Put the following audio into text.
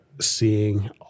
seeing